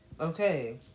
okay